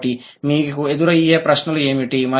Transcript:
కాబట్టి మీకు ఎదురయ్యే ప్రశ్నలు ఏమిటి